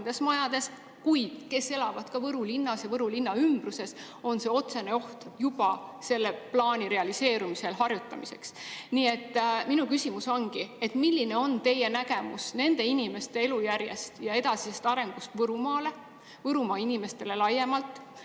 kuid kes elavad ka Võru linnas ja Võru linna ümbruses, on otsene oht juba selle plaani realiseerumisel harjutamiseks. Nii et minu küsimus ongi: milline on teie nägemus nende inimeste elujärjest ja edasisest arengust Võrumaal, Võrumaa inimeste puhul laiemalt,